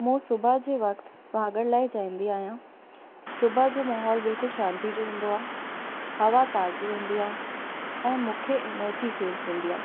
मां सुबह जे वक़्ति भाॻण लाइ चाहींदी आहियां सुबुह जो माहौल बिल्कुलु शांती जो हूंदो आहे हवा ताज़ी हूंदी आहे ऐं मूंखे एनर्जी फ़ील थींदी आहे